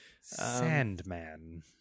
sandman